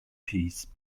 piece